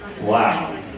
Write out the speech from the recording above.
Wow